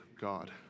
God